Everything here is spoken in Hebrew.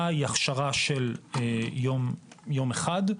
ההכשרה היא הכשרה של יום אחד,